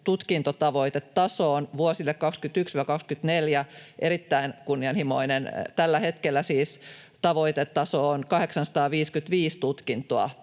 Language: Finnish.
tutkintotavoitetasoon nähden erittäin kunnianhimoinen. Tällä hetkellä siis tavoitetaso on 855 tutkintoa